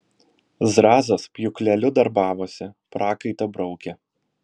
zrazas pjūkleliu darbavosi prakaitą braukė